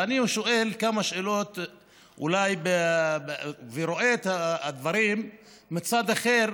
ואני שואל כמה שאלות ורואה את הדברים מצד אחר,